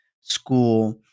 school